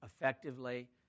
effectively